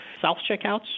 self-checkouts